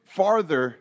farther